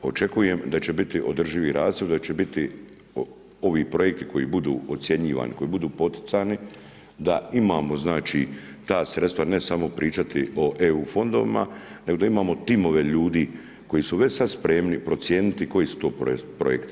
Očekujem da će biti održivi razvoj, da će biti ovi projekti koji budu ocjenjivani, koji budu poticani da imamo znači ta sredstva ne samo pričati o EU fondovima, nego da imamo timove ljudi koji su već sad spremni procijeniti koji su to projekti.